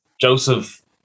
Joseph